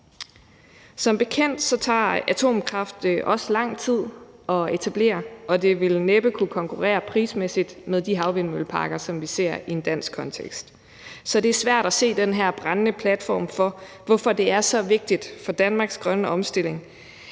Som bekendt tager atomkraft også lang tid at etablere, og det vil næppe kunne konkurrere prismæssigt med de havvindmølleparker, som vi ser i en dansk kontekst. Så det er svært at se den her brændende platform, i forhold til hvorfor det skulle være så vigtigt for Danmarks grønne omstilling,